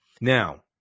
Now